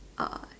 I